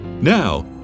Now